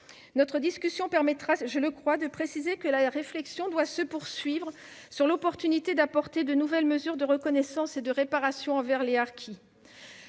Notre discussion permettra- je le crois -de préciser que la réflexion doit se poursuivre sur l'opportunité d'instaurer de nouvelles mesures de reconnaissance et de réparation envers les harkis.